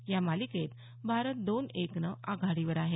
या मालिकेत भारत दोन एकनं आघाडीवर आहे